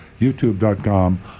youtube.com